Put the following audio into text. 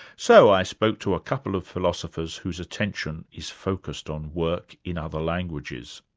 so i spoke to a couple of philosophers whose attention is focused on work in other languages.